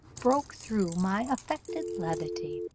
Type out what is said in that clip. broke through my affected levity,